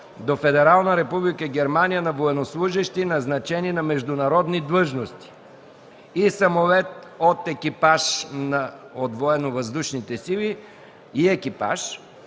до Федерална Република Германия на военнослужещи, назначени на международни длъжности, и самолет и екипаж от Военновъздушните сили за